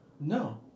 No